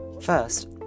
First